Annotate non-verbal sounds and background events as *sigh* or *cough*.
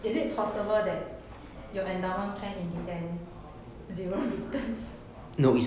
is it possible that your endowment plan in the end zero *laughs* returns *laughs*